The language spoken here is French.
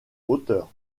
hauteur